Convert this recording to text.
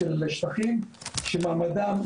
של שטחים שמעמדם,